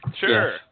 Sure